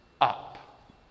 up